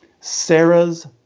Sarah's